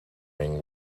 rang